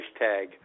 hashtag